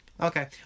Okay